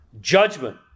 judgment